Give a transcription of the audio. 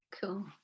cool